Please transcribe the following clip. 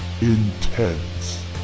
intense